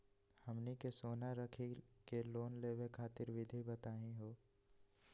हमनी के सोना रखी के लोन लेवे खातीर विधि बताही हो?